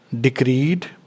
decreed